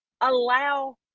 allow